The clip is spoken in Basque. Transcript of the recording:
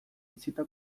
bisita